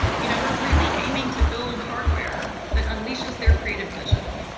you know we're really aiming to build hardware that unleashes their creative vision.